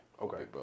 Okay